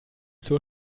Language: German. zur